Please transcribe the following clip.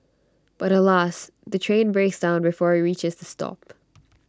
but alas the train breaks down before IT reaches the stop